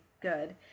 good